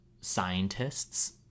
scientists